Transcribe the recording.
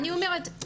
אני אומרת,